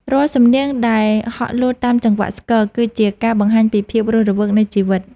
រាល់សំនៀងដែលហក់លោតតាមចង្វាក់ស្គរ គឺជាការបង្ហាញពីភាពរស់រវើកនៃជីវិត។